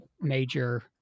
major